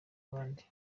abandi